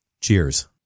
Cheers